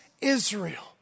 Israel